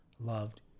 loved